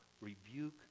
rebuke